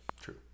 True